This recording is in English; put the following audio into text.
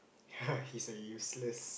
he's a useless